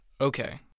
Okay